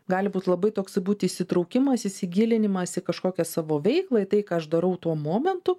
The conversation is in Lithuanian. gali būt labai toksai būt įsitraukimas įsigilinimas į kažkokią savo veiklą į tai ką aš darau tuo momentu